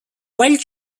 wild